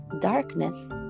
darkness